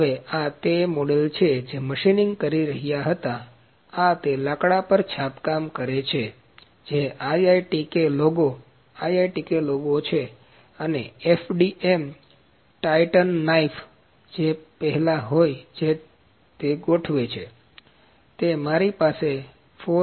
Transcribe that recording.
હવે આ તે મોડેલ છે જે તે મશીનીંગ કરી રહ્યા હતા આ તે લાકડા પર છાપકામ છે જે IITK લોગો IITK લોગો છે અને FDM ટાઇટન નાઇફ પહેલાં જે હોય તે ગોઠવે છે તે મારી પાસે 4i લેબોરેટરી છે